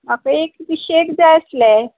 म्हाका एक तिशेक जाय आसले